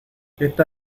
está